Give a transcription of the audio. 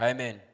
Amen